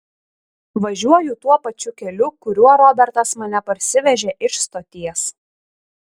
važiuoju tuo pačiu keliu kuriuo robertas mane parsivežė iš stoties